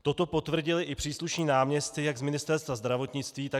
Toto potvrdili i příslušní náměstci jak z Ministerstva zdravotnictví, tak z MPSV.